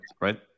right